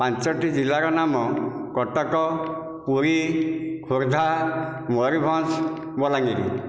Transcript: ପାଞ୍ଚଟି ଜିଲ୍ଲାର ନାମ କଟକ ପୁରୀ ଖୋର୍ଦ୍ଧା ମୟୁରଭଞ୍ଜ ବଲାଙ୍ଗୀର